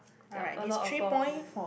yup a lot of balls